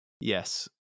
Yes